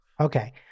Okay